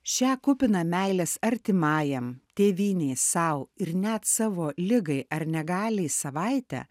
šią kupiną meilės artimajam tėvynei sau ir net savo ligai ar negaliai savaitę